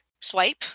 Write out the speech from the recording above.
swipe